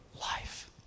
life